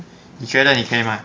你觉得你可以吗